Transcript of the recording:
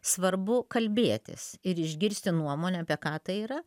svarbu kalbėtis ir išgirsti nuomonę apie ką tai yra